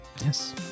Yes